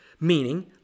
meaning